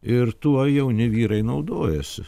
ir tuo jauni vyrai naudojasi